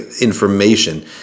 Information